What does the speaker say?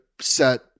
set